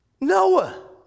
Noah